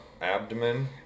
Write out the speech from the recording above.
abdomen